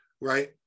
right